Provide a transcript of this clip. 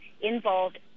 involved